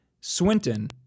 Swinton